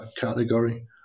category